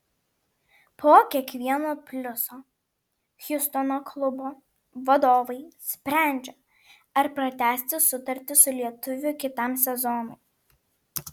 po kiekvieno pliuso hjustono klubo vadovai sprendžią ar pratęsti sutartį su lietuviu kitam sezonui